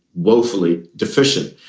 woefully deficient.